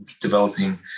Developing